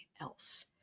else